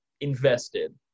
invested